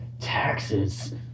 taxes